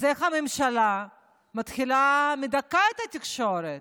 אז הממשלה מדכאת את התקשורת,